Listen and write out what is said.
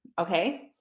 okay